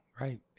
right